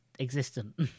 existent